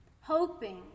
hoping